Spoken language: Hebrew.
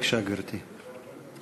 בבקשה, גברתי.